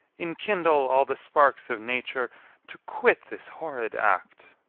enkindle all the sparks of nature to quit this horrid act.